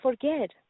forget